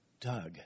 Doug